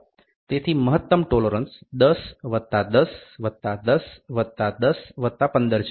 તેથી મહત્તમ ટોલોરન્સ 10 વત્તા 10 વત્તા 10 વત્તા 10 વત્તા 15 બરાબર છે